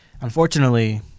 unfortunately